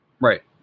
Right